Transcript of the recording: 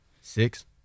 Six